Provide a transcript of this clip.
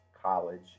College